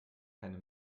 keine